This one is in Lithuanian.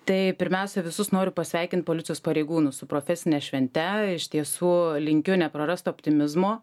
tai pirmiausia visus noriu pasveikint policijos pareigūnus su profesine švente iš tiesų linkiu neprarast optimizmo